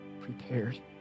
prepared